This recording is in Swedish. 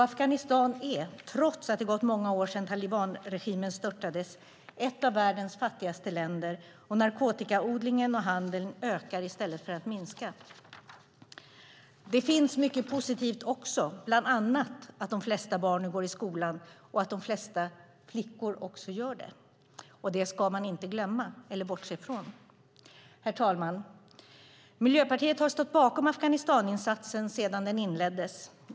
Afghanistan är, trots att det har gått många år sedan talibanregimen störtades, ett av världens fattigaste länder, och narkotikaodlingen och handeln ökar i stället för att minska. Det finns dock mycket positivt också, bland annat att de flesta barn nu går i skolan och att också de flesta flickor gör det. Det ska man inte glömma eller bortse från. Herr talman! Miljöpartiet har stått bakom Afghanistaninsatsen sedan den inleddes.